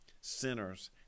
sinners